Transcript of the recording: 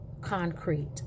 concrete